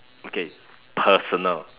okay personal